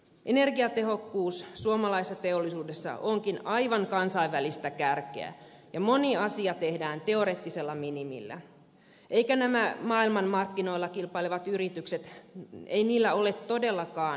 energiatehokkuus suomalaisessa teollisuudessa onkin aivan kansainvälistä kärkeä ja moni asia tehdään teoreettisella minimillä eikä näillä maailmanmarkkinoilla kilpailevilla yrityksillä ole todellakaan tuhlauksen varaa